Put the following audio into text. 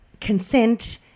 consent